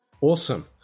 Awesome